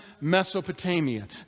Mesopotamia